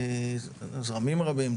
זרמים רבים,